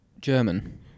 German